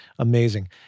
Amazing